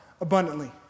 abundantly